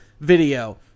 video